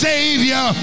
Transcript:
Savior